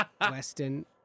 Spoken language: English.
Weston